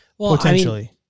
Potentially